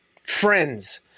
friends